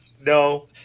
no